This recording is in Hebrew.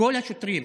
כל השוטרים